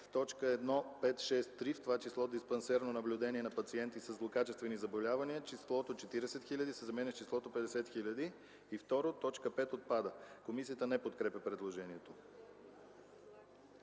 в т.1.5.6.3 „в това число диспансерно наблюдение на пациенти със злокачествени заболявания” числото „40 000” се заменя с числото „50 000”. 2. Точка 5 отпада.” Комисията не подкрепя предложението.